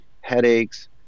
headaches